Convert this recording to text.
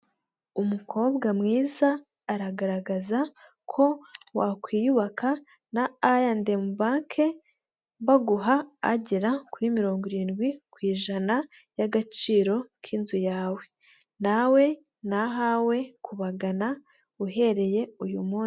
Umukobwa mwiza aragaragaza ko wakwiyubaka na i&M banki, baguha agera kuri mirongo irindwi ku ijana by'agaciro k'inzu yawe, nawe ni ahawe kubagana uhereye uyu munsi.